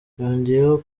yongeyeho